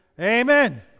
Amen